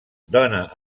dóna